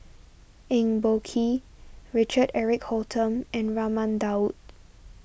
Eng Boh Kee Richard Eric Holttum and Raman Daud